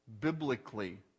biblically